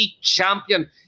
champion